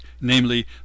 namely